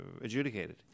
adjudicated